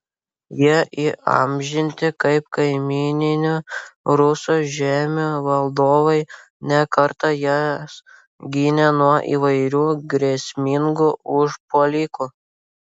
jie įamžinti kaip kaimyninių rusų žemių valdovai ne kartą jas gynę nuo įvairių grėsmingų užpuolikų